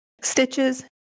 Stitches